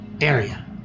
area